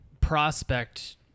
prospect